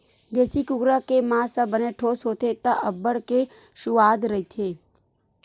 देसी कुकरा के मांस ह बने ठोस होथे त अब्बड़ के सुवाद रहिथे